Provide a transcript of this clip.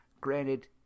granted